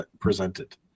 presented